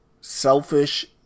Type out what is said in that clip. selfish